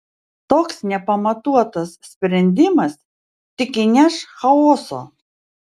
toks nepamatuotas sprendimas tik įneš chaoso